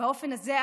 באופן הזה,